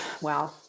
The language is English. wow